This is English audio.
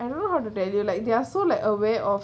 I don't know how to tell you like they're so like aware of